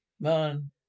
Man